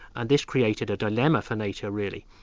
and this created a dilemma for nato really.